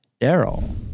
Daryl